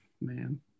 Man